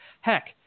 Heck